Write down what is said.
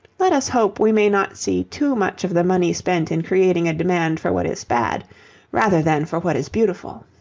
let us hope we may not see too much of the money spent in creating a demand for what is bad rather than for what is beautiful.